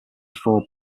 ford